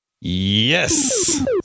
Yes